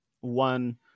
one